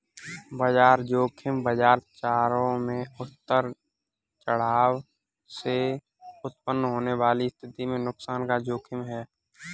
बाजार ज़ोखिम बाजार चरों में उतार चढ़ाव से उत्पन्न होने वाली स्थिति में नुकसान का जोखिम है